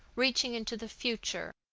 reaching into the future,